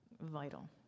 vital